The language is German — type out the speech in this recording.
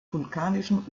vulkanischen